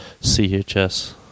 CHS